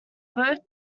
both